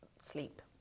sleep